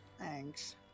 Thanks